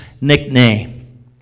nickname